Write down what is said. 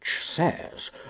says